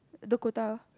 Dakota